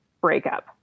breakup